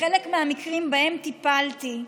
בחלק מהמקרים שבהם טיפלתי,